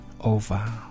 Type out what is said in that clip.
over